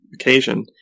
occasion